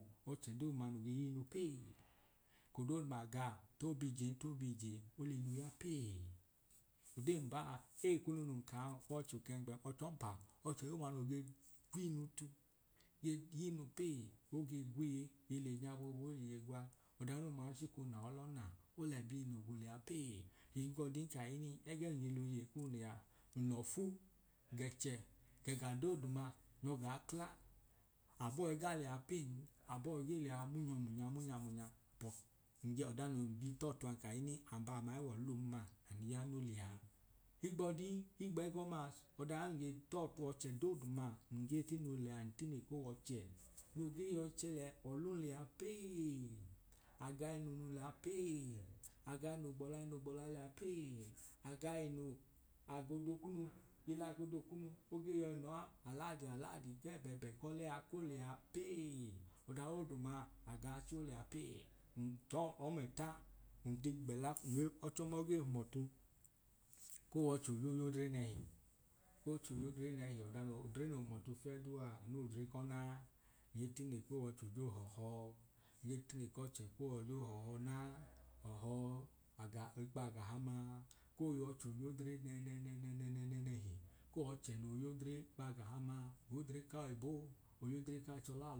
Ọchẹ dooduma noo ge yii nu pẹẹ, eko dooduma agaa to biijen to biije oliinu ya pẹẹ. odee mbaa ei kunu nun kaan ọw'ọcho kẹngbẹn ọch'ọnpa ọchẹ dooduma noo ge kwii nu tu ge yii nu pẹẹ oge gwiye eyi lenya boobu ol'iye gwa ọdadooduma no chiko naa olọ na, olẹbiinu gwu liya pẹẹ ihigbọdin kahinii ẹgẹ nun ge loyei kun lẹya nlọfu gẹchẹ g’ẹga dooduma nyọ gaa kla, abọọ iga liya pẹẹn abọọ gee liya munya munya munya munya but njo ọda nun bi t'ọtu n'kahinii ka abaa munyai w'ọlum ma anu ya no liyaa higbọdin higb'ẹgọmaa ọdaa nun gee t'ọọtu ọchẹ dooduma nun gee tino lẹyaa ntine k'owọchẹ no gee yọi chẹla ọlum lẹya peee. Aga inunu lẹya peee, aga inogbọla inogbọla lẹya peee, aga inu agodo kunu lẹya peee, ilagodo kunu, oge yọi nọọ aladi aladi chẹẹ ẹbẹbẹ kọlẹ a ko lẹya peee. ọdadooduma aga chẹ olẹya peee, n tọọ ọmẹta nge gbẹla nge ọchọma ogee hum ọtu k'owọcho jọọ y'odre nẹhi ọcho y'odre nẹhi ọda no odre no hum otu fieduu a, anu w'odre k'ọnaa. nge tine koo w’ọcho jọọ họhọ, nge tine k'ọchẹ ko o jọọ họhọ ọnaa, ọhọ aga ikpa agahamaa ko w'ọcho y'odre nẹnẹnẹnẹnẹnẹhi, koo w'ọche noo y'odre ikp'agahamaa, y'odre ka oyibo, oyodre k'achọla